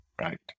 Right